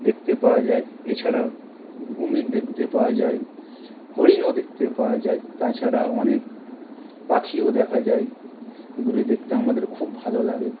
দেখতে পাওয়া যায় এছাড়াও কুমীর দেখতে পাওয়া যায় হরিণও দেখতে পাওয়া যায় তাছাড়াও অনেক পাখিও দেখা যায় এগুলি দেখতে আমাদেরও খুব ভালো লাগে